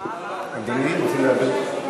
אדוני רוצה להעביר,